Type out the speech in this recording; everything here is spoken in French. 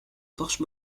porche